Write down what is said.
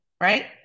Right